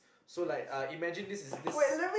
so like uh imagine this is this